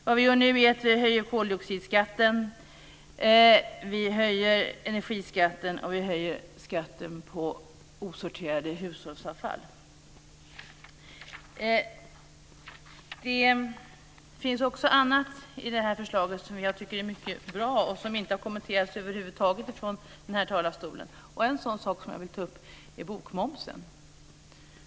Vad vi gör nu är att vi höjer koldioxidskatten, energiskatten och skatten på osorterade hushållsavfall. Det finns annat i det här förslaget som jag tycker är mycket bra och som inte har kommenterats över huvud taget från talarstolen. En sådan sak, som jag vill ta upp, är bokmomsen.